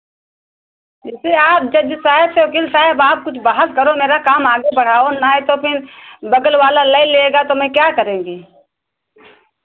फ़िर से आप जज साहब से वकील साहब आप कुछ बहस करो मेरा काम आगे बढ़ाओ नाय तो फिन बगल वाला लइ लेगा तो मैं क्या करेगी